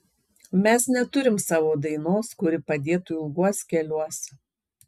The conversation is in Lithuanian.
mes neturim savo dainos kuri padėtų ilguos keliuos